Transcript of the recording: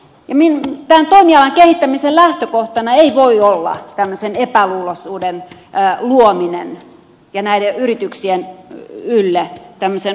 tämän toimialan kehittämisen lähtökohtana ei voi olla tämmöisen epäluuloisuuden luominen ja tämmöisen uhkakuvan luominen näiden yrityksien ylle